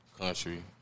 country